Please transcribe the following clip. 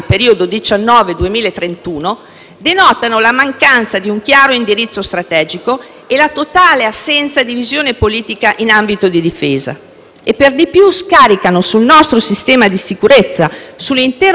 denotano la mancanza di un chiaro indirizzo strategico e la totale assenza di visione politica in ambito di difesa. Per di più, questi tagli creano sul nostro sistema di sicurezza, sull'intero comparto tecnologico e industriale